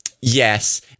Yes